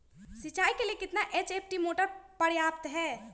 सिंचाई के लिए कितना एच.पी मोटर पर्याप्त है?